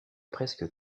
presque